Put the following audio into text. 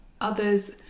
Others